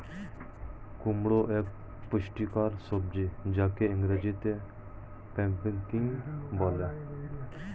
কুমড়ো এক পুষ্টিকর সবজি যাকে ইংরেজিতে পাম্পকিন বলে